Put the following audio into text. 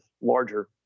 larger